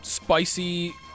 Spicy